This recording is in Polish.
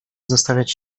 zostawiać